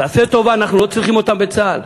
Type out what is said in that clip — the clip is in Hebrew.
תעשה טובה, אנחנו לא צריכים אותם בצה"ל.